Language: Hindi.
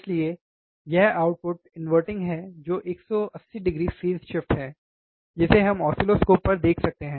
इसलिए यह आउटपुट इनवेटिंग है जो 180 डिग्री फेज़ शिफ्ट है जिसे हम ऑसिलोस्कोप पर देख सकते हैं